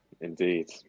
Indeed